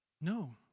No